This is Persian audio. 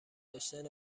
داشتن